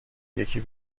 یکی